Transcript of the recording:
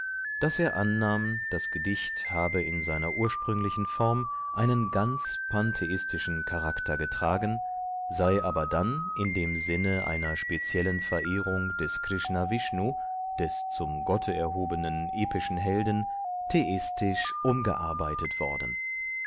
daß er annahm das gedicht habe in seiner ursprünglichen form einen ganz pantheistischen charakter getragen sei aber dann in dem sinne einer speziellen verehrung des krishna vishnu des zum gotte erhobenen epischen helden theistisch umgearbeitet worden